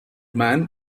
man